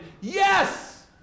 yes